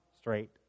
straight